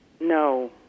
No